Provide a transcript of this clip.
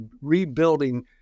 rebuilding